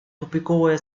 тупиковая